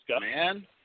man